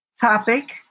topic